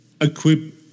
equip